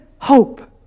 hope